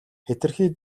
хэтэрхий